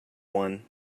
one